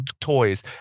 toys